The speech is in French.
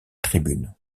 tribunes